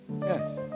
yes